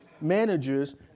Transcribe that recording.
managers